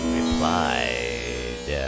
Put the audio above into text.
replied